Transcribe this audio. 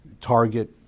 target